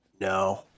No